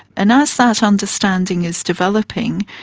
and as that understanding is developing,